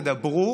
תדברו,